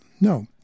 No